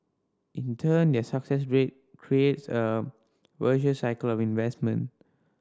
in turn their success creates a virtuous cycle of investment